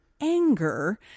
anger